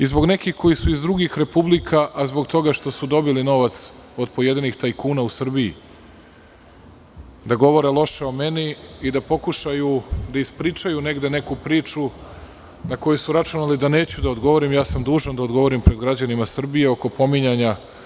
Zbog nekih koji su iz drugih republika, a zbog toga što su dobili novac od pojedinih tajkuna u Srbiji, da govore loše o meni i da pokušaju da ispričaju negde neku priču za koju su računali da neću da odgovorim, dužan sam da odgovorim pred građanima Srbije oko pominjanja.